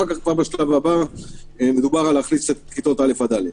בשלב הבא מדובר על להכניס את כיתות א' עד ד'.